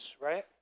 right